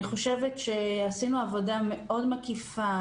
אני חושבת שעשינו עבודה מאוד מקיפה,